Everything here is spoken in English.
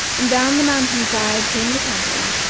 and down the mountain-side came the cattle,